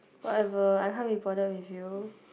whatever I can't be bothered with you